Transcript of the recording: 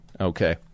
Okay